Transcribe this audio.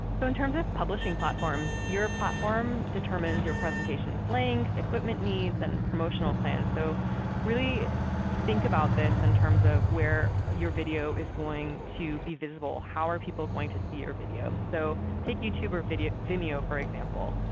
so in terms of publishing platforms, your platform determines your presentation's length, equipment needs, and promotional plan. so really think about this in terms of where your video is going to be visible. how are people going to see your video? so take youtube or vimeo for example.